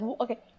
okay